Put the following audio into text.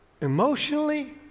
emotionally